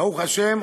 ברוך השם,